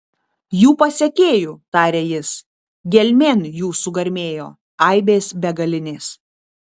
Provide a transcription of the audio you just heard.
jų pasekėjų tarė jis gelmėn jų sugarmėjo aibės begalinės